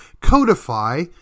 codify